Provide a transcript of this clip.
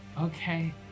Okay